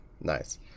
Nice